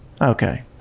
okay